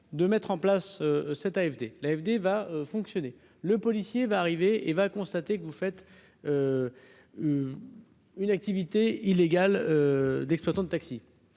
de mettre en place cette AFD, l'AFD va fonctionner le policier va arriver et va constater que vous faites une activité illégale d'exploitant de taxi